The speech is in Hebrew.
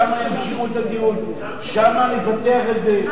שם ימשיכו את הדיון, שם נפתח את זה.